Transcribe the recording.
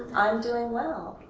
i'm doing well.